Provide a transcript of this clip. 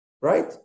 right